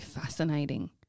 fascinating